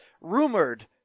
rumored